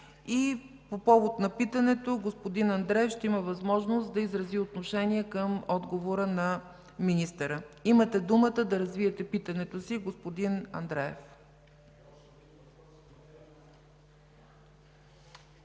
по повод на питането, господин Андреев ще има възможност да изрази отношение към отговора на министъра. Имате думата да развиете питането си, господин Андреев.